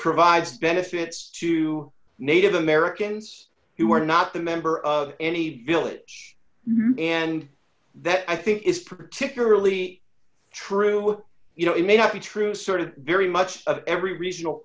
provides benefits to native americans who are not the member of any village and that i think is particularly true you know it may not be true sort of very much every regional